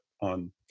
on